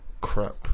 crap